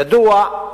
ידוע,